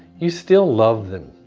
you still love them.